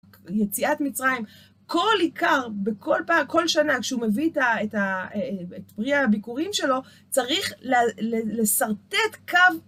יציאת מצרים, כל איכר, בכל פעם, כל שנה, כשהוא מביא את פרי הביכורים שלו, צריך לשרטט קו.